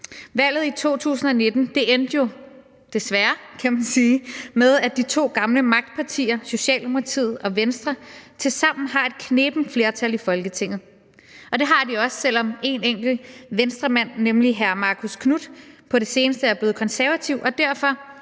Valget i 2019 endte jo desværre, kan man sige, med, at de to gamle magtpartier, Socialdemokratiet og Venstre, tilsammen fik et knebent flertal i Folketinget, og det har de også, selv om en enkelt Venstremand, nemlig hr. Marcus Knuth, på det seneste er blevet konservativ, og derfor